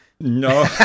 No